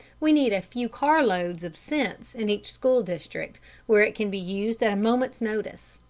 we need a few car-loads of sense in each school-district, where it can be used at a moment's notice.